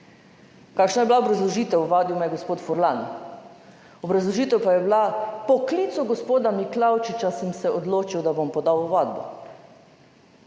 kakšna je bila obrazložitev, ovadil me je gospod Furlan? Obrazložitev pa je bila: "Po klicu gospoda Miklavčiča sem se odločil, da bom podal ovadbo."